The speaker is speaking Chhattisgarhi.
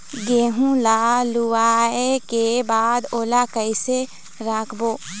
गेहूं ला लुवाऐ के बाद ओला कइसे राखबो?